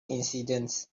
incidents